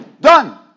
done